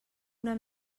una